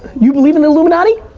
you believe in the illuminati?